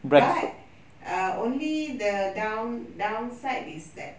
but err only the down~ downside is that